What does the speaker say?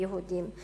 לאזרחים היהודים.